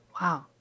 Wow